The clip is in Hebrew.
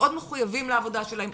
מאוד מחויבים לעבודה שלהם,